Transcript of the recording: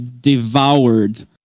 devoured